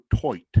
toit